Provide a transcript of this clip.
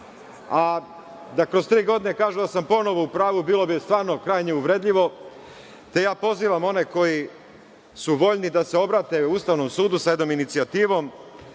a da kroz tri godine kažu da sam ponovo u pravu bilo bi krajnje uvredljivo. Te pozivam one koji su voljni da se obrate Ustavnom sudu sa jednom inicijativom,